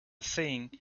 thing